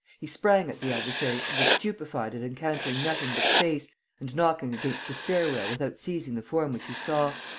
he sprang at the adversary and was stupefied at encountering nothing but space and knocking against the stair-rail without seizing the form which he saw.